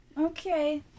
okay